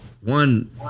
one